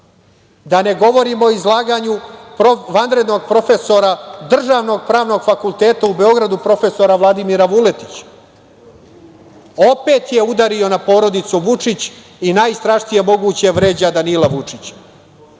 Da ne govorim o izlaganju vanrednog profesora državnog Pravnog fakulteta u Beogradu, profesora Vladimira Vuletića. Opet je udario na porodicu Vučić i najstrašnije moguće vređa Danila Vučića. Da